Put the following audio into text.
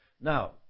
Now